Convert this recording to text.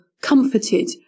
comforted